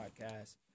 podcast